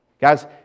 Guys